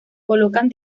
colocan